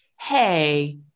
Hey